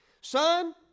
Son